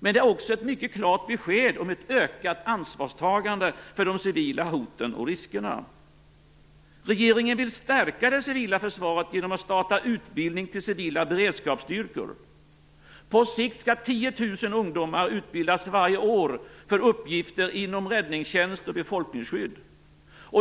men det är också ett mycket klart besked om ett ökat ansvarstagande för de civila hoten och riskerna. Regeringen vill stärka det civila försvaret genom att starta utbildning till civila beredskapsstyrkor. På sikt skall 10 000 ungdomar utbildas varje år för uppgifter inom räddningstjänst och befolkningsskydd.